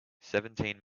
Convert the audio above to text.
seventeen